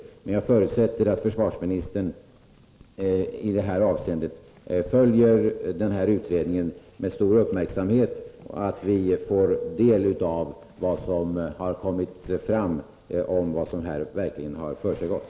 Men jag förutsätter att försvarsministern i detta avseende följer denna utredning med stor uppmärksamhet och att vi får ta del av vad som framkommer om vad som verkligen har försiggått.